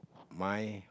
my